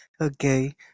Okay